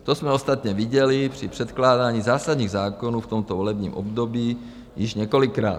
To jsme ostatně viděli při předkládání zásadních zákonů v tomto volebním období již několikrát.